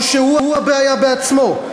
או שהוא הבעיה בעצמו?